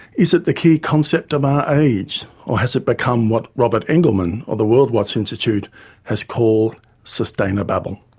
is it the key concept of our age, or has it become what robert engelman of the worldwatch institute has called sustainababble?